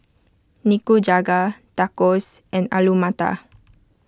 Nikujaga Tacos and Alu Matar